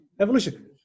evolution